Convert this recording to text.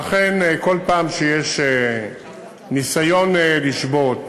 ואכן, בכל פעם שיש ניסיון לשבות